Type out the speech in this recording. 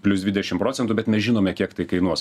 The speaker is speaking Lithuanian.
plius dvidešim procentų bet nežinome kiek tai kainuos